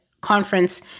conference